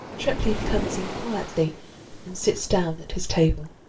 treplieff comes in quietly and sits down at his table.